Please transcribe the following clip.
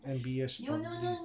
M_B_S only